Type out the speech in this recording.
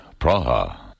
Praha